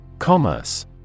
Commerce